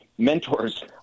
Mentors